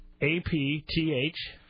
A-P-T-H